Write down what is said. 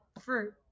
fruit